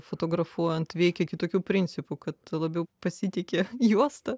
fotografuojant veikia kitokiu principu kad labiau pasitiki juosta